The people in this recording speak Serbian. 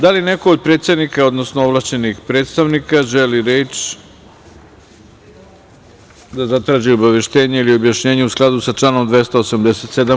Da li neko od predsednika, odnosno ovlašćenih predstavnika želi reč, da zatraži obaveštenje ili objašnjenje u skladu sa članom 287.